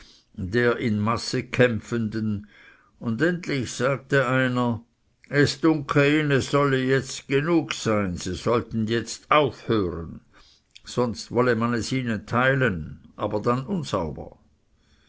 der in masse kämpfenden und endlich sagte einer es dunke ihn es sollte jetzt genug sein sie sollten jetzt aufhören sonst wolle man es ihnen teilen aber dann unsauber